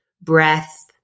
breath